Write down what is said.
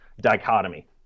dichotomy